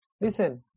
Listen